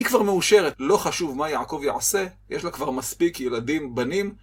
היא כבר מאושרת, לא חשוב מה יעקב יעשה, יש לה כבר מספיק ילדים, בנים.